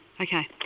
Okay